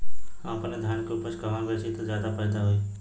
हम अपने धान के उपज कहवा बेंचि त ज्यादा फैदा होई?